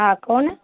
હા કહો ને